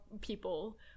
people